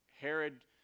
Herod